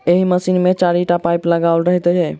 एहि मशीन मे चारिटा पाइप लगाओल रहैत छै